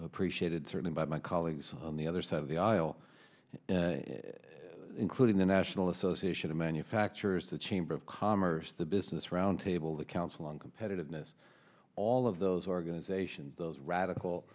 appreciated certainly by my colleagues on the other side of the aisle including the national association of manufacturers the chamber of commerce the business roundtable the council on competitiveness all of those organizations those radical